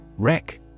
Wreck